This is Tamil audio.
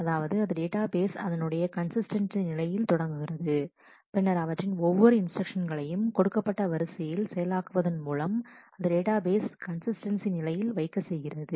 அதாவது அது டேட்டாபேஸ் அதனுடைய கன்சிஸ்டன்ஸி நிலையில் தொடங்குகிறது பின்னர் அவற்றின் ஒவ்வொரு இன்ஸ்டிரக்ஷன்ஸ்களையும் கொடுக்கப்பட்ட வரிசையில் செயல் ஆக்குவதன் மூலம் அது டேட்டாபேஸ் கன்சிஸ்டன்ஸி நிலையில் வைக்க செய்கிறது